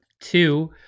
Two